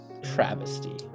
travesty